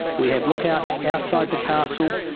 we have lookouts outside the castle.